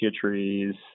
trees